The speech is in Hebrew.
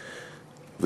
להתרחב,